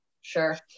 Sure